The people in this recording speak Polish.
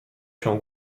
się